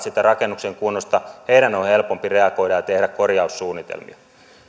siitä rakennuksen kunnosta on helpompi reagoida ja tehdä korjaussuunnitelmia